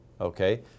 okay